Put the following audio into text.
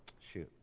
shoot,